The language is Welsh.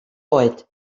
oed